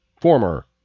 former